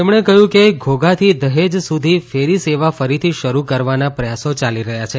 તેમણે કહ્યું કે ઘોઘાથી દહેજ સુધીને ફેરી સેવા ફરીથી શરૂ કરવાના પ્રયાસો ચાલી રહ્યા છે